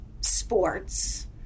sports